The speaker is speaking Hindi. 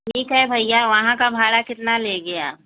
ठीक है भइया वहाँ का भाड़ा कितना लेंगे आप